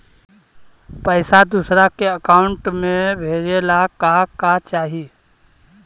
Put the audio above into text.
पैसा दूसरा के अकाउंट में भेजे ला का का चाही?